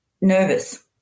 nervous